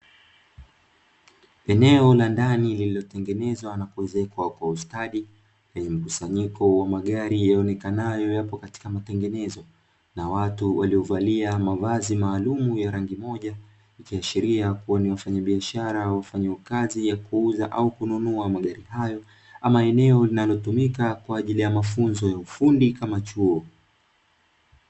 Eneo la ndani lililotengenezwa na kuwezekwa kwa ustadi vyenye kusanyiko wa magari ionekane hayo yapo katika matengenezo na watu waliovalia mavazi maalumu ya rangi moja, ikiashiria kuwaonea wafanyabiashara wafanya kazi ya kuuza au kununua magari hayo ama eneo linalotumika kwa ajili ya mafunzo ya ufundi kama chuo.